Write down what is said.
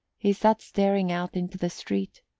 he sat staring out into the street,